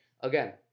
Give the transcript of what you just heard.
again